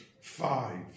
five